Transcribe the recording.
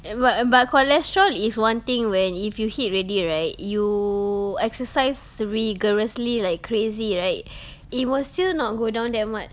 e~ but but cholesterol is one thing when if you hit already right you exercise rigorously like crazy right it will still not go down that much